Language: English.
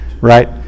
right